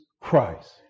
Christ